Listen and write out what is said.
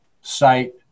site